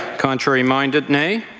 contrary minded, nay.